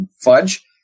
fudge